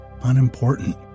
unimportant